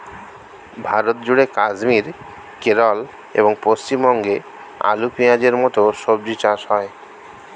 ভারতজুড়ে কাশ্মীর, কেরল এবং পশ্চিমবঙ্গে আলু, পেঁয়াজের মতো সবজি চাষ হয়